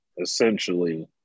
essentially